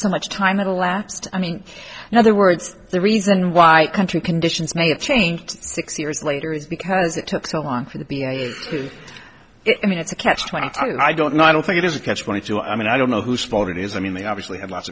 so much time had elapsed i mean another words the reason why country conditions may have changed six years later is because it took so long for the it i mean it's a catch twenty two i don't know i don't think it is a catch twenty two i mean i don't know whose fault it is i mean they obviously have lots